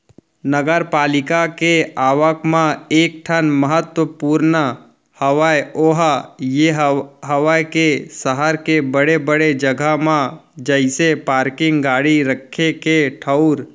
नगरपालिका के आवक म एक ठन महत्वपूर्न हवय ओहा ये हवय के सहर के बड़े बड़े जगा म जइसे पारकिंग गाड़ी रखे के ठऊर